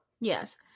Yes